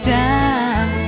down